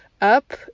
up